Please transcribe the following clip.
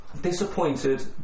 disappointed